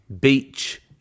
beach